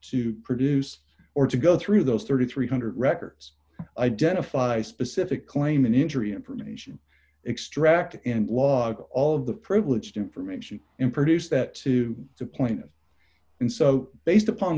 to produce or to go through those three thousand three hundred records identify specific claim and injury information extract and log all of the privileged information and produce that to the point and so based upon